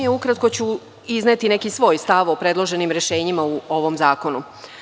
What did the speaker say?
Ukratko ću izneti neki svoj stav o predloženim rešenjima u ovom zakonu.